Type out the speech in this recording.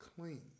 clean